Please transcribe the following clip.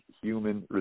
human